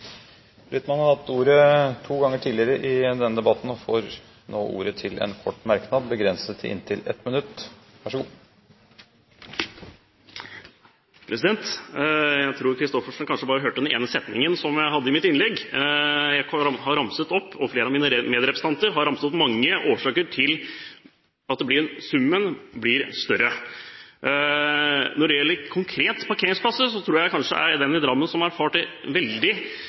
har hatt ordet to ganger tidligere, og får ordet til en kort merknad, begrenset til 1 minutt. Jeg tror Lise Christoffersen kanskje bare hørte den ene setningen som jeg hadde i mitt innlegg. Jeg og flere av mine medrepresentanter har ramset opp mange årsaker til at summen blir større. Når det konkret gjelder det med parkeringsplasser, tror jeg kanskje jeg er den i Drammen som har erfart det veldig